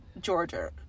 Georgia